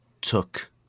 took